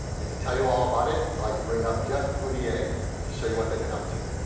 and to tell you all about it, i like to bring up jeff boudier to show you what they've been up to.